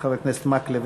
חבר הכנסת מקלב,